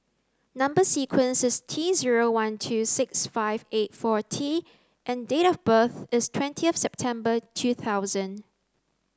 number sequence is T zero one two six five eight four T and date of birth is twentieth September two thousand